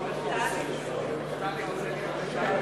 יעל גרמן, בת בנימין ואדלה, זכרם